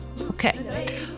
Okay